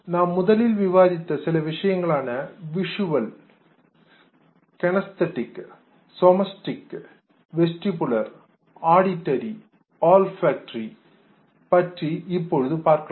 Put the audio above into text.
நாம் முதலில் விவாதித்த சில விஷயங்களான விஷுவல் காட்சி கைனெஸ்டெடிக் செயல் சோமஸ்டெடிக் வலி உணர்ச்சி வெஸ்டிபுலர் உடல் இயக்கம் ஆடிட்டரி கேட்டல் ஆல்ஃபாக்டரி நுகர்தல் பற்றி இப்போது பார்க்கலாம்